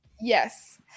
yes